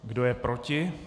Kdo je proti?